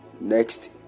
next